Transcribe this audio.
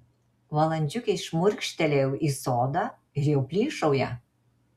valandžiukei šmurkštelėjau į sodą ir jau plyšauja